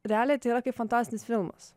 realiai tai yra kaip fantastinis filmas